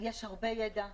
יש הרבה ידע,